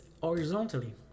horizontally